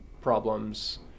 problems